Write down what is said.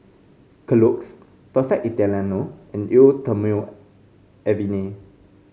Kellogg's Perfect Italiano and Eau Thermale Avene